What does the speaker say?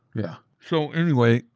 yeah. so anyway,